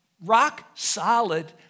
rock-solid